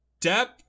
depp